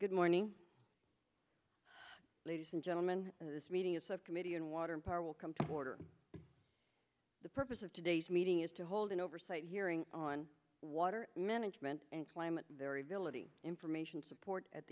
good morning ladies and gentleman this meeting is subcommittee and water and power will come to order the purpose of today's meeting is to hold an oversight hearing on water management and climate variability information support at